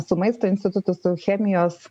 su maisto institutu su chemijos